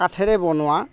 কাঠেৰে বনোৱা